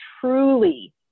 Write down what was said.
truly